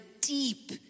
deep